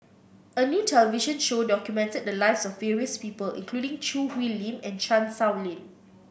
a new television show documented the lives of various people including Choo Hwee Lim and Chan Sow Lin